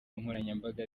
nkoranyambaga